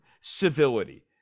civility